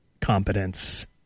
competence